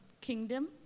kingdom